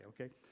Okay